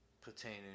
pertaining